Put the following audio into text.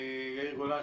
יאיר גולן,